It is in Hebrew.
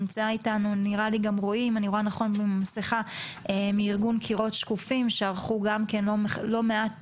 נמצא איתנו גם רועי מארגון 'קירות שקופים' שערכו גם כן לא מעט